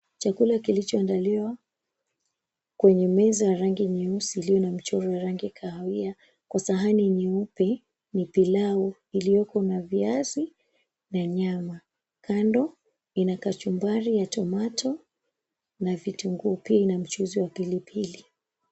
Chakula kilichoandaliwa kwenye meza ya rangi nyeusi iliyo na michoro ya rangi kahawia kwa sahani nyeupe, ni pilau iliyoko na viazi na nyama. Kando ina kachumbari ya tomato na vitunguu, pia ina mchuzi wa pilipili.